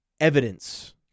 evidence